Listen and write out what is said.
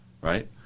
Right